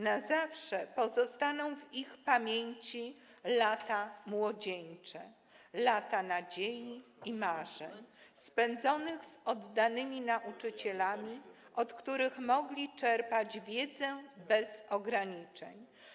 Na zawsze pozostaną w ich pamięci lata młodzieńcze, lata nadziei i marzeń, spędzone z oddanymi nauczycielami, od których mogli czerpać wiedzę bez ograniczeń.